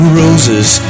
roses